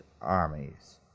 armies